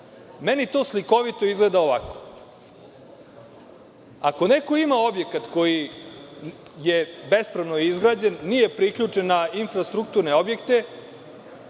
Meni to slikovito izgleda ovako: ako neko ima objekat koji je bespravno izgrađen, nije priključen na infrastrukturne objekte,